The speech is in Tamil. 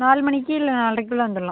நாலு மணிக்கு இல்லை நாலரைக் குள்ளே வந்துடலாம்